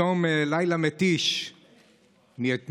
בתום לילה מתיש מאתמול,